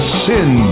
sin